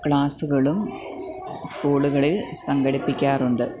ക്ലാസ്സുകളും സ്കൂളുകളിൽ സംഘടിപ്പിക്കാറുണ്ട്